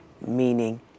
meaning